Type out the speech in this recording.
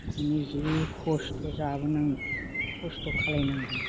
बिदिनो जि खस्थ' जाबो नांदों खस्थ' खालाम नांदों